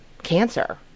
cancer